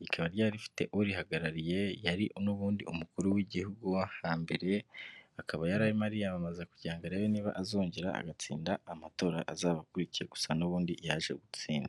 rikaba ryari rifite urihagarariye yari n'ubundi umukuru w'igihugu wo hambere, akaba yari arimo yiyamamaza kugira ngo arebe niba azongera agatsinda amatora azaba akurikiye, gusa n'ubundi yaje gutsinda.